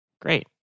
Great